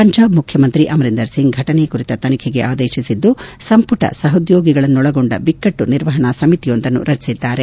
ಪಂಜಾಬ್ ಮುಖ್ಯಮಂತ್ರಿ ಅಮರಿಂದರ್ ಸಿಂಗ್ ಫಫಟನೆ ಕುರಿತ ತನಿಖೆಗೆ ಆದೇಶಿಸಿದ್ದು ಸಂಪುಟ ಸಹದ್ಯೋಗಿಗಳನ್ನೊಳಗೊಂಡ ಬಿಕ್ಕಟ್ಟು ನಿರ್ವಹಣಾ ಸಮಿತಿಯೊಂದನ್ನು ರಚಿಸಿದ್ದಾರೆ